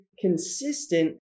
consistent